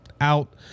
out